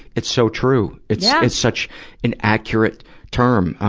it's so true. it's, yeah it's such an accurate term.